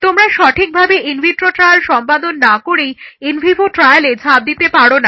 তোমরা সঠিকভাবে in vitro trial সম্পাদন না করেই ইন ভিভো ট্রায়ালে ঝাঁপ দিতে পারো না